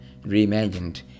Reimagined